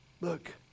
Look